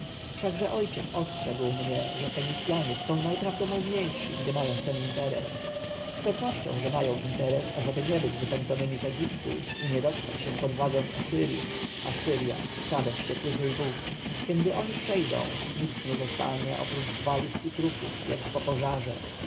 wszakże ojciec ostrzegł mnie że fenicjanie są najprawdomówniejsi gdy mają w tem interes z pewnością że mają interes ażeby nie być wypędzonymi z egiptu i nie dostać się pod władzę asyrji asyrja stado wściekłych lwów kędy oni przejdą nic nie zostanie oprócz zwalisk i trupów jak po pożarze